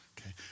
Okay